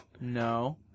No